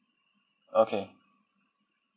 okay